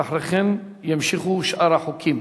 ואחרי כן יימשכו שאר החוקים.